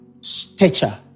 stature